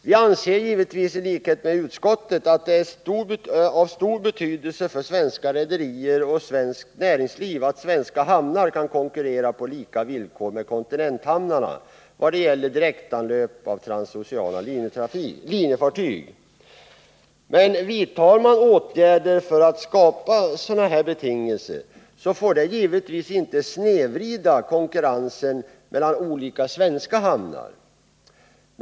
Vi anser givetvis i likhet med utskottet att det är av stor betydelse för svenska rederier och svenskt näringsliv att svenska hamnar kan konkurrera pålika villkor med kontinenthamnarna vad gäller direktanlöp av transoceana linjefartyg. Men vidtar man åtgärder för att skapa betingelser för detta, får det inte snedvrida konkurrensen mellan olika svenska hamnar.